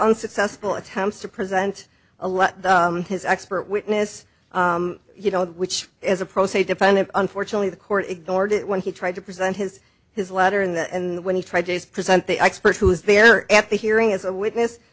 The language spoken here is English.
unsuccessful attempts to present a let his expert witness you know which is a pro se define it unfortunately the court ignored it when he tried to present his his letter in that and when he tried to present the expert who was there at the hearing as a witness